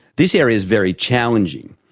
this area is very challenging,